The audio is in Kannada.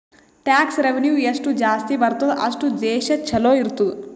ಟ್ಯಾಕ್ಸ್ ರೆವೆನ್ಯೂ ಎಷ್ಟು ಜಾಸ್ತಿ ಬರ್ತುದ್ ಅಷ್ಟು ದೇಶ ಛಲೋ ಇರ್ತುದ್